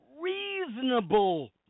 reasonable